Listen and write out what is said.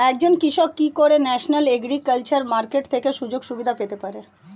একজন কৃষক কি করে ন্যাশনাল এগ্রিকালচার মার্কেট থেকে সুযোগ সুবিধা পেতে পারে?